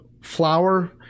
flour